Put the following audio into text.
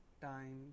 time